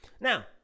Now